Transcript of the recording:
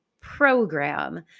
program